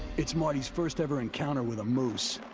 it's marty's first-ever encounter with a moose,